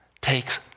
takes